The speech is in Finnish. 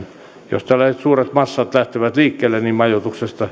jos tällaiset suuret massat lähtevät liikkeelle niin majoituksesta helposti